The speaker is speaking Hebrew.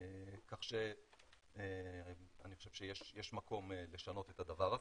כך שאני חושב שיש מקום לשנות את הדבר הזה.